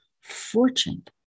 fortune